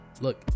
look